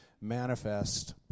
manifest